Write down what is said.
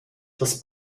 das